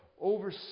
Over